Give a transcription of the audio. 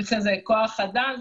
צריך לזה כוח אדם.